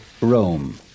Rome